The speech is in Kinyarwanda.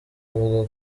bavuga